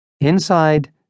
Inside